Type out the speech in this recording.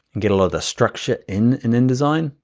get a lot of the structure in and indesign,